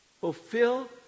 Fulfill